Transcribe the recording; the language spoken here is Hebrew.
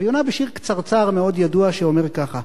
והיא עונה בשיר קצרצר מאוד ידוע שאומר ככה: